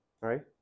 right